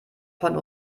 von